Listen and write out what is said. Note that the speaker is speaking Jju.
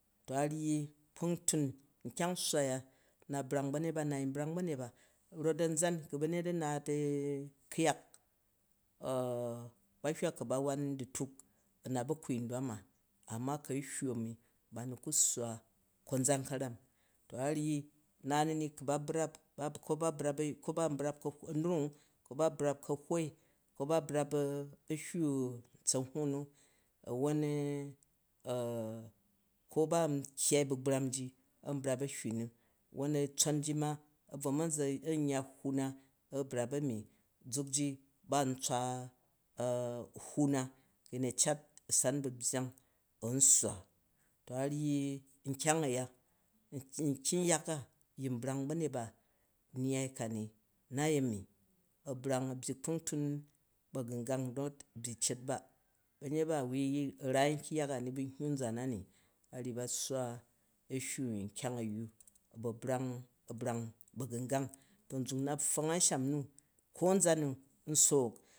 To o ryyi kpungtun, nkyang swwa aya u brang banyet ba, na yin brang banyet ba not amʒam ku bayet a naat u kuyak ba hywa ku ba wan dutyle a̱ma ba kwmi ndwan a, amma ku ahywu a mi ba m ku swwa konʒan karani, na ni ni kuba brap kaba brap a, ko ban brap ammang ko ba brap kaliwi, ko ban brap ahywu ntsanbuwu nu awon a ko ban kyyi by bram ji an brap ahywa nu, awaon tson ji ma a bro man ʒa nyya hywu a brap ami, guleji ban ntswa hywan na ayinina cat a sang bbayong an surwa, to a ryyi nkyang aya, nkyang yak a yin brang a byyi kpung tun t bagungang rat a byyi cet ba, baye ba a woi raai nkyang yak a ba ahywu kyang ayywa ba brang a brang bagungang to nzuk n na pfong ansham n n ko amʒan. Nu n sook